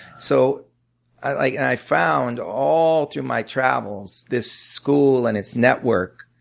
so i found all through my travels this school and its network,